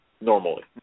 normally